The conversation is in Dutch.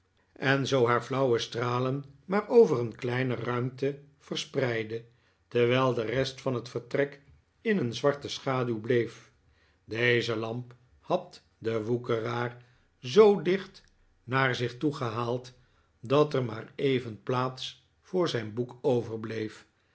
en zoo haar flauwe stralen maar over een kleine ruimte verspreidde terwijl de rest van het vertrek in een zwarte schaduw bleef deze lamp had de woekeraar zoo dicht naar zich toegehaald dat er maar even plaats voor zijn boek overbleef